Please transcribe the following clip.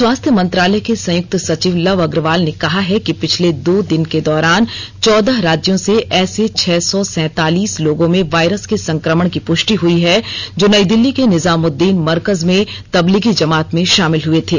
स्वास्थ्य मंत्रालय के संयुक्त सचिव लव अग्रवाल ने कहा है कि पिछले दो दिन के दौरान चौदह राज्यों से ऐसे छह सौ सैंतालीस लोगों में वायरस के संक्रमण की पुष्टि हुई है जो नई दिल्ली के निजामुद्दीन मरकज में तबलीगी जमात में शामिल हुए थे